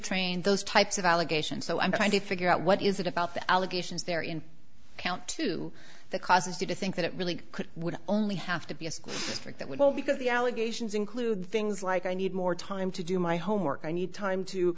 train those types of allegations so i'm trying to figure out what is it about the allegations there in count two that causes you to think that it really could would only have to be like that well because the allegations include things like i need more time to do my homework i need time to